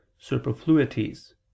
superfluities